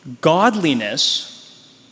Godliness